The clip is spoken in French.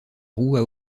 roues